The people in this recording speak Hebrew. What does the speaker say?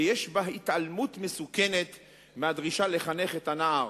ויש בה התעלמות מסוכנת מהדרישה לחנך את הנער,